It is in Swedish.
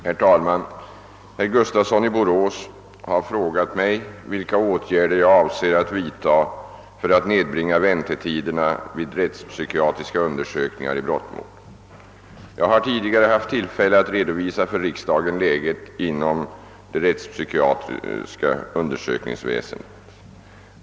Herr talman! Herr Gustafsson i Borås har i interpellation frågat mig vilka åtgärder jag avser att vidta för att nedbringa väntetiderna vid rättspsykiatriska undersökningar i brottmål. Jag har tidigare haft tillfälle att redovisa för riksdagen läget inom det rättspsykiatriska undersökningsväsendet.